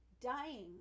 dying